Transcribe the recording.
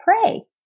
pray